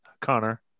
Connor